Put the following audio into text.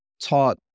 taught